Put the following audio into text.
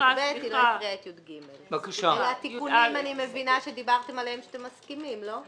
אלה תיקונים שאמרתם עליהם שאתם מסכימים, לא?